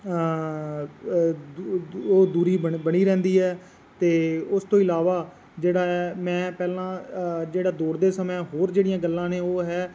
ਉਹ ਦੂਰੀ ਬਣ ਬਣੀ ਰਹਿੰਦੀ ਹੈ ਅਤੇ ਉਸ ਤੋਂ ਇਲਾਵਾ ਜਿਹੜਾ ਹੈ ਮੈਂ ਪਹਿਲਾਂ ਜਿਹੜਾ ਦੌੜਦੇ ਸਮੇਂ ਹੋਰ ਜਿਹੜੀਆਂ ਗੱਲਾਂ ਨੇ ਉਹ ਹੈ